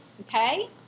okay